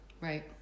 Right